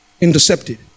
Intercepted